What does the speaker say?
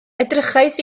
edrychais